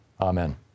Amen